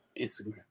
Instagram